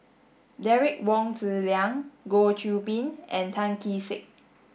Derek Wong Zi Liang Goh Qiu Bin and Tan Kee Sek